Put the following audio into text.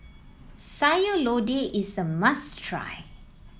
Sayur Lodeh is a must try